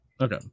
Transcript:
Okay